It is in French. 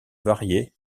varier